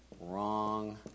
wrong